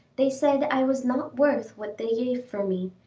they said i was not worth what they gave for me,